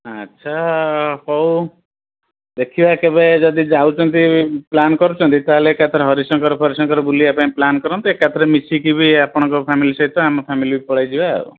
ଆଚ୍ଛା ହଉ ଦେଖିବା କେବେ ଯଦି ଯାଉଛନ୍ତି ପ୍ଲାନ୍ କରୁଛନ୍ତି ତାହେଲେ ଏକାଥରେ ହରିଶଙ୍କର ଫରିଶଙ୍କର ବୁଲିବା ପାଇଁ ପ୍ଲାନ୍ କରନ୍ତେ ଏକାଥରେ ମିଶିକି ବି ଆପଣଙ୍କ ଫ୍ୟାମିଲି୍ ସହିତ ଆମ ଫ୍ୟାମିଲି୍ ବି ପଳାଇଯିବା ଆଉ